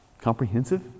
comprehensive